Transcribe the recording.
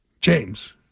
James